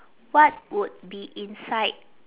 what would be inside